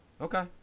Okay